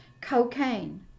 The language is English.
cocaine